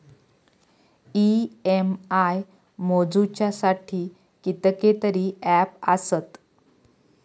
EMI मोजुच्यासाठी कितकेतरी app आसत